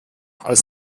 als